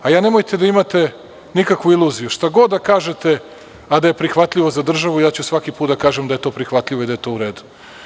Nemojte da imate nikakvu iluziju, šta god da kažete, a da je prihvatljivo za državu ja ću svaki put da kažem da je to prihvatljivo i da je to u redu.